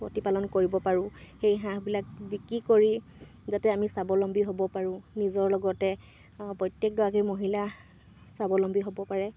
প্ৰতিপালন কৰিব পাৰোঁ সেই হাঁহবিলাক বিক্ৰী কৰি যাতে আমি স্বাৱলম্বী হ'ব পাৰোঁ নিজৰ লগতে প্ৰত্যেকগৰাকী মহিলা স্বাৱলম্বী হ'ব পাৰে